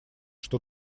что